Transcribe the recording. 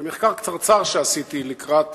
במחקר קצרצר שעשיתי לקראת